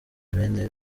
bene